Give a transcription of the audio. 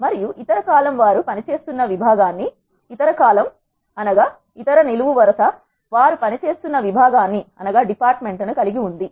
మరియు ఇతర కాలమ్ వారు పనిచేస్తున్న వి భాగాన్ని కలిగి ఉంది